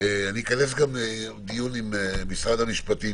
אכנס גם דיון עם משרד המשפטים.